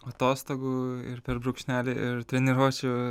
atostogų ir per brūkšnelį ir treniruočių